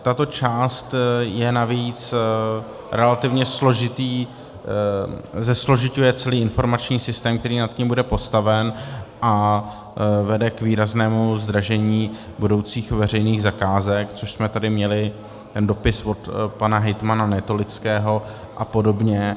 Tato část je navíc relativně složitá, zesložiťuje celý informační systém, který nad tím bude postaven, a vede k výraznému zdražení budoucích veřejných zakázek měli jsme tady ten dopis od pana Hejtmana Netolického a podobně.